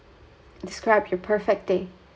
describe your perfect date